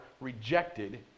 rejected